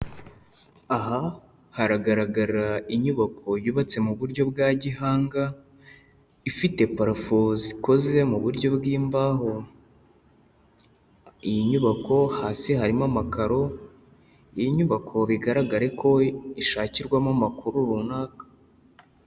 Aha haragaragara inyubako yubatse mu buryo bwa gihanga, ifite parafo zikoze mu buryo bw'imbaho, iyi nyubako hasi harimo amakaro, iyi nyubako bigaragare ko ishakirwamo amakuru runaka.